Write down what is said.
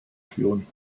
führen